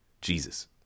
Jesus